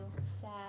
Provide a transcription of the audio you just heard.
sad